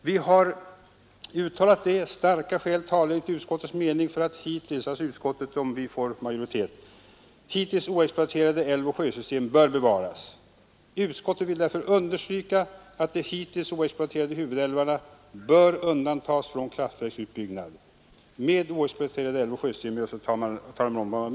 Vi har i reservationen 15 till civilutskottets betänkande föreslagit följande lydelse: ”Starka skäl talar enligt utskottets mening för att hittills oexploaterade älvoch sjösystem bör bevaras. Utskottet vill därför understryka att de hittills oexploaterade huvudälvarna bör undantas från kraftverksutbyggnad.” Därefter talar vi om vad som därutöver bör innefattas i oexploaterade älvoch sjösystem.